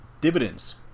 dividends